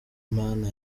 mana